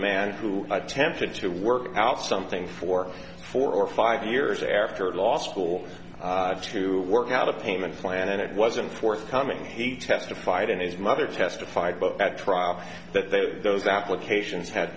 man who attempted to work out something for four or five years after law school to work out a payment plan and it wasn't forthcoming he testified and his mother testified at trial that those applications ha